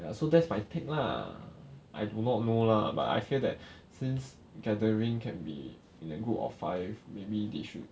ya so that's my take lah I do not know lah but I fear that since gathering can be in a group of five maybe they should